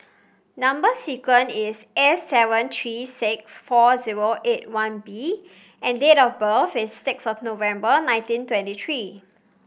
number sequence is S seven three six four zero eight one B and date of birth is six of the November nineteen twenty three